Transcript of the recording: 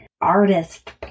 artist